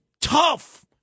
tough